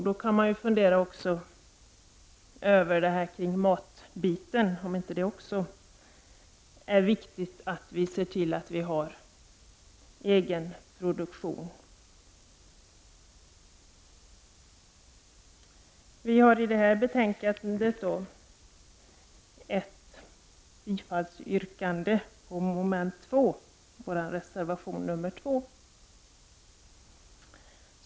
Då kan man också fundera över detta med maten, för även i det sammanhanget är det väl viktigt att vi har en egen produktion. I detta betänkande återfinns ett bifallsyrkande från oss i reservation 2.